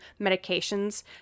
medications